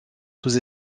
sous